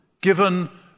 given